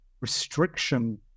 restriction